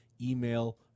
email